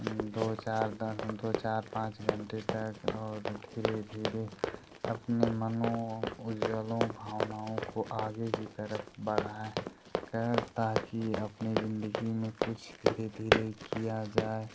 दो चार दा दो चार पाँच घंटे तक और धीरे धीरे अपने मनो उज्ज्वलों भावनाओं को आगे की तरफ बढ़ाएँ कैर ताकि अपनी ज़िन्दगी में कुछ धीरे धीरे किया जाए